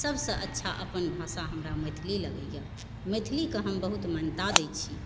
सभसँ अच्छा अपन भाषा हमरा मैथिली लगयए मैथिलीकऽ हम बहुत मान्यता दैत छी